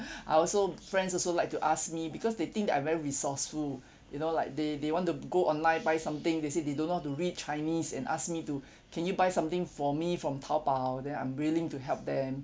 I also friends also like to ask me because they think that I very resourceful you know like they they want to go online buy something they say they don't know how to read chinese and ask me to can you buy something for me from taobao then I'm willing to help them